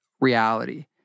reality